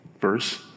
verse